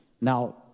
Now